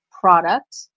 product